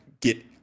get